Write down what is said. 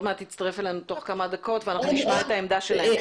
מעט יצטרף אלינו ונשמע את העמדה שלהם.